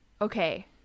okay